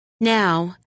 Now